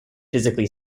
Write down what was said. physically